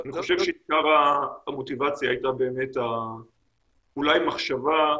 אני חושב שעיקר המוטיבציה הייתה באמת אולי המחשבה,